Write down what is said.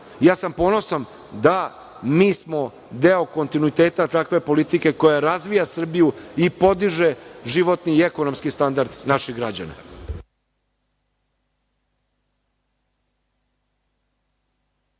sam. Da, mi smo deo kontinuiteta takve politike koja razvija Srbiju i podiže životni i ekonomski standard naših građana.